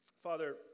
Father